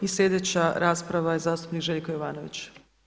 I sljedeća rasprava je zastupnik Željko Jovanović.